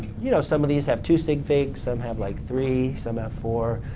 you know, some of these have two sig figs some have like three some have four.